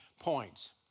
points